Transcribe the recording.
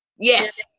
Yes